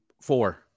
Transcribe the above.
Four